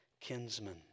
kinsman